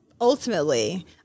ultimately